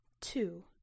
Two